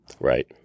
right